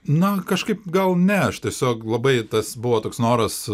na kažkaip gal ne aš tiesiog labai tas buvo toks noras